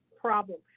problem